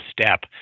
step